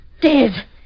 dead